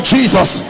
Jesus